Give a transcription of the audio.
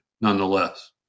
nonetheless